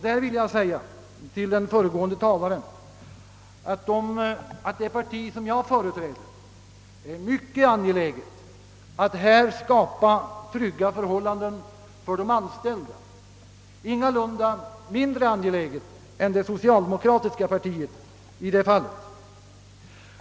Där vill jag säga till den föregående talaren, att det parti som jag företräder är mycket angeläget att skapa trygga förhållanden för de anställda, ingalunda mindre angeläget än det socialdemokratiska partiet i det fallet.